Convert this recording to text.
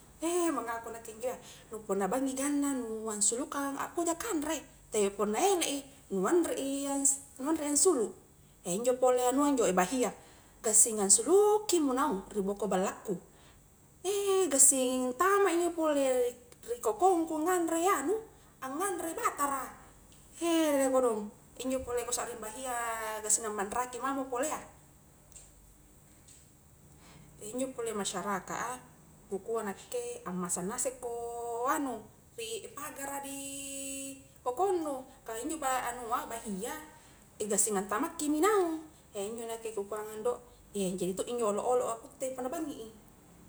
mangngaku nakke injoyya, nu puna bangngi ganna nu ansulukang akboja kanre, tapi punna elek i, nu anre i ang nu anrei angsuluk, injo pole anua injo bahia, gassing ansulu'ki mo naung ri boko balla ku gassing tama injo pole ri-rimkokongku nganre anu angnganre batara, hedede kodong, injo pole kusakring bahia, gassing amanraki mamo pole a, injo pole masyaraka'a, kukua nakke ammasang ngasekko anu, ri pagara di kokong nu, ka injo ba anua bahia gassing antama ki mi naung injo nakke ku kuangang do jadi tok injo olo'-olo' a ku utte punna bangngi i.